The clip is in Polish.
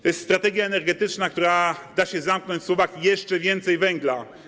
To jest strategia energetyczna, która da się zamknąć w słowach: jeszcze więcej węgla.